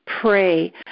pray